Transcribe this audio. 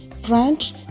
French